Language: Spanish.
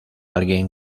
alguien